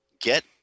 get